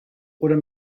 oder